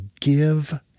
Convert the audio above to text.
give